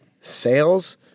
sales